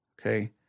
Okay